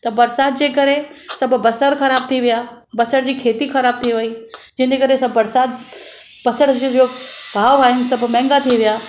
त बरसात जे करे सभु बसर ख़राबु थी विया बसर जी खेती ख़राबु थी वई जंहिंजे करे बरसात पसण जी वियो भाव आहिनि सभु महांगा थी विया